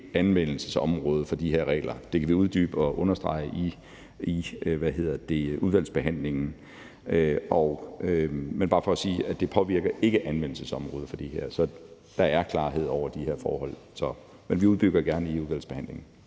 anvendelsesområdet for de her regler. Det kan vi uddybe og understrege i udvalgsbehandlingen. Det er bare for at sige, at det ikke påvirker anvendelsesområdet for det her, så der er klarhed over de her forhold, men vi uddyber det gerne i udvalgsbehandlingen.